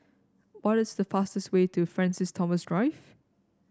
what is the fastest way to Francis Thomas Drive